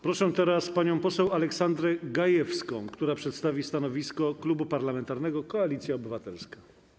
Proszę panią poseł Aleksandrę Gajewską, która przedstawi stanowisko Klubu Parlamentarnego Koalicja Obywatelska.